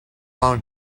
own